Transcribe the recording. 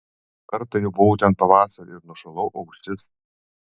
kartą jau buvau ten pavasarį ir nušalau ausis